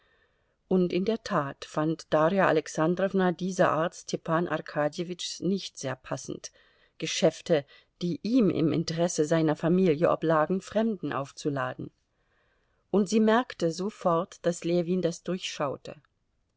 und in der tat fand darja alexandrowna diese art stepan arkadjewitschs nicht sehr passend geschäfte die ihm im interesse seiner familie oblagen fremden aufzuladen und sie merkte sofort daß ljewin das durchschaute